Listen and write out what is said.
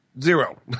Zero